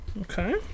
Okay